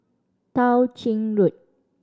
Tao Ching Road